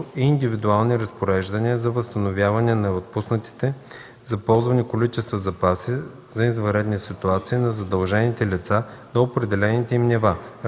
и индивидуални разпореждания за възстановяване на отпуснатите за ползване количества запаси за извънредни ситуации на задължените лица до определените им нива.